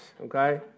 okay